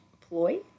ploy